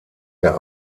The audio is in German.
der